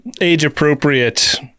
age-appropriate